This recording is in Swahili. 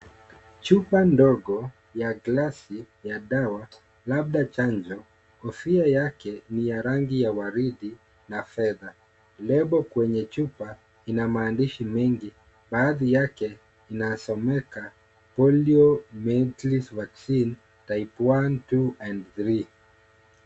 Chupa ndogo ya glasi ya dawa labda chanjo, kofia yake ni ya rangi ya waridi na fedha. Lebo kwenye chupa ia maandishi mengi, baadhi yake inasomeka Poli Ventlis vaccine type one, two and three